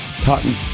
cotton